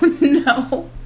No